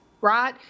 right